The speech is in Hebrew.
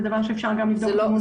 זה דבר שאפשר לבדוק אותו.